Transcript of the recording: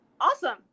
awesome